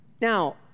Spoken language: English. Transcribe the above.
Now